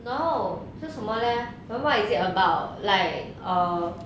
no 是什么 leh then what is it about like err